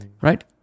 Right